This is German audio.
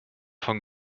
von